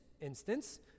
instance